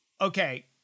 Okay